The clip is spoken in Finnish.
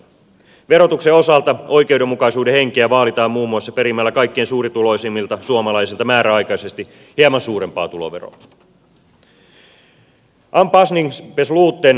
verotuksen osalta oikeudenmukaisuuden henkeä vaalitaan muun muassa perimällä kaikkein suurituloisimmilta suomalaisilta määräaikaisesti hieman suurempaa tuloveroa